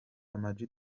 amag